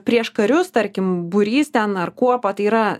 prieš karius tarkim būrys ten ar kuopa tai yra